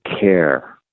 care